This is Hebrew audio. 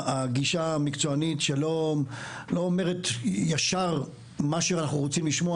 הגישה המקצועית שלא אומרת ישר מה שאנחנו רוצים לשמוע,